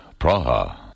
Praha